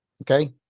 Okay